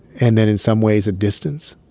and then in some ways, a distance.